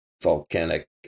volcanic